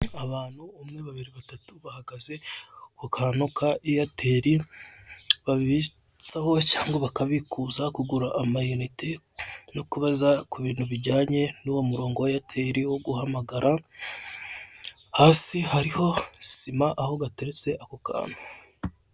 Abantu umwe, babiri, batatu bahagaze kukantu ka eyateri babitsaho cyangwa bakabikuza, kugura amayinite no kubaza kubintu bijyanye nuwo murongo wa eyateri wo guhamagara, hasi hariho sima aho gateretse ako kantu.